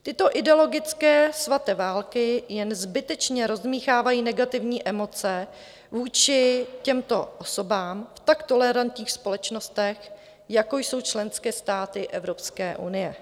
Tyto ideologické svaté války jen zbytečně rozdmýchávají negativní emoce vůči těmto osobám v tak tolerantních společnostech, jako jsou členské státy Evropské unie.